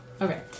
Okay